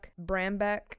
Brambeck